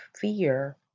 fear